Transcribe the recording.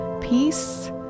peace